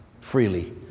Freely